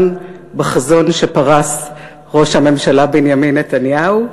בחזון שפרס ראש הממשלה בנימין נתניהו.